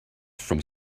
from